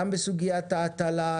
גם בסוגיית ההטלה,